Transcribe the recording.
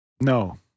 No